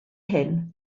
hyn